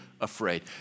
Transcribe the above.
afraid